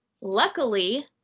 luckily